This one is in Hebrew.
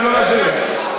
ולא לזהות.